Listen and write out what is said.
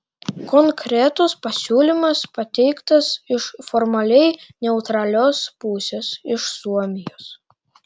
konkretus pasiūlymas pateiktas iš formaliai neutralios pusės iš suomijos